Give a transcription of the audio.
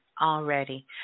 already